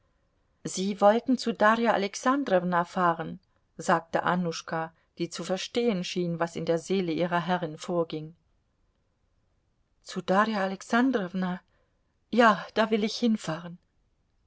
sie wollten zu darja alexandrowna fahren sagte annuschka die zu verstehen schien was in der seele ihrer herrin vorging zu darja alexandrowna ja da will ich hinfahren